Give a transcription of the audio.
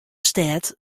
stêd